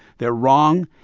they're wrong.